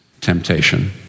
temptation